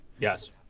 yes